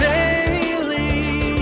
Daily